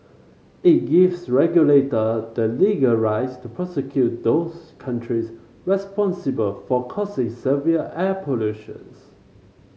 it gives regulator the legal rights to prosecute those countries responsible for causes severe air pollutions